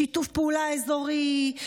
שיתוף פעולה אזורי,